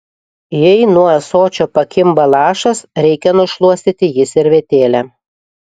jei nuo ąsočio pakimba lašas reikia nušluostyti jį servetėle